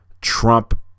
trump